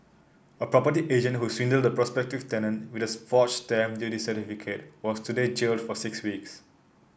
a property agent who swindled a prospective tenant with a forged stamp duty certificate was today jailed for six weeks